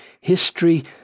history